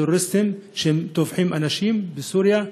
טרוריסטים שטובחים באנשים בסוריה,